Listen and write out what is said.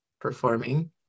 performing